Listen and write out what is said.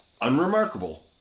Unremarkable